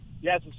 Yes